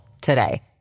today